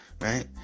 Right